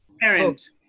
parent